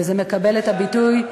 וזה מקבל את הביטוי.